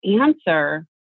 answer